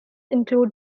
include